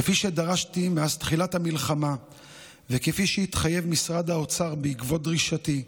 כפי שדרשתי מאז תחילת המלחמה וכפי שהתחייב משרד האוצר בעקבות דרישתי,